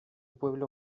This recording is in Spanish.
pueblo